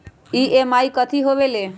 EMI कथी होवेले?